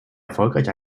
erfolgreich